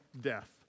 death